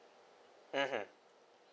mmhmm